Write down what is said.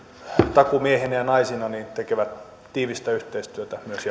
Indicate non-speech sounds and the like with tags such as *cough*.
takuumiehinä ja naisina tekevät tiivistä yhteistyötä myös *unintelligible*